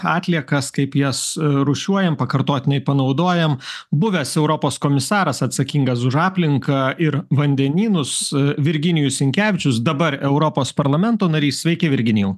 atliekas kaip jas rūšiuojam pakartotinai panaudojam buvęs europos komisaras atsakingas už aplinką ir vandenynus virginijus sinkevičius dabar europos parlamento narys sveiki virginijau